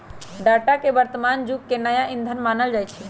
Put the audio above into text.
data के वर्तमान जुग के नया ईंधन मानल जाई छै